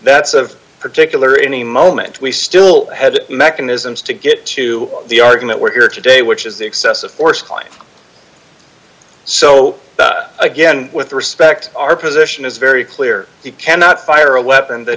that's of particular any moment we still had mechanisms to get to the argument we're here today which is the excessive force so again with respect our position is very clear you cannot fire a weapon that